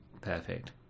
Perfect